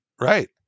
Right